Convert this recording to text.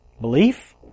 Belief